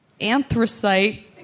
anthracite